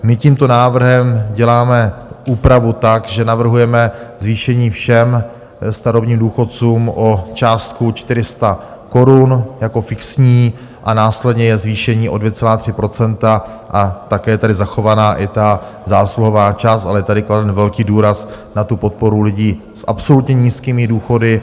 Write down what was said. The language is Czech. My tímto návrhem děláme úpravu tak, že navrhujeme zvýšení všem starobním důchodcům o částku 400 korun jako fixní, a následně je zvýšení o 2,3 %, a také je tady zachovaná i ta zásluhová část a je tady kladen velký důraz na tu podporu lidí s absolutně nízkými důchody.